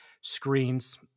screens